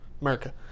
America